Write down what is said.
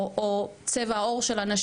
או צבע העור של אנשים או המוצא שלהם.